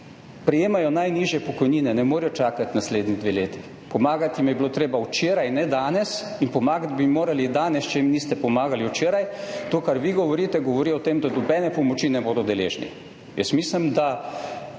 prejemajo najnižje pokojnine, ne morejo čakati naslednji dve leti. Pomagati jim je bilo treba včeraj, ne danes, in pomagati bi jim morali danes, če jim niste pomagali včeraj. To, kar vi govorite, govori o tem, da ne bodo deležni nobene pomoči. Jaz mislim, da